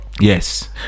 Yes